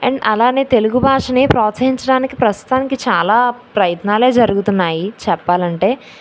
and అలానే తెలుగు భాషని ప్రోత్సహించడానికి ప్రస్తుతానికి చాలా ప్రయత్నాలే జరుగుతున్నాయి చెప్పాలి అంటే